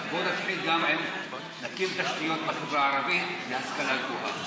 בוא נקים תשתיות בחברה הערבית להשכלה גבוהה.